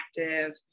active